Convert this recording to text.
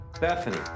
Bethany